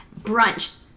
brunch